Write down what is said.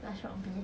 touch rugby